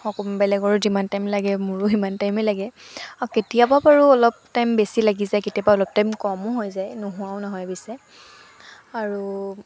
সক বেলেগৰ যিমান টাইম লাগে মোৰো সিমান টাইমে লাগে অঁ কেতিয়াবা বাৰু অলপ টাইম বেছি লাগি যায় কেতিয়াবা অলপ টাইম কমো হৈ যায় নোহোৱাও নহয় পিছে আৰু